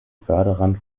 förderern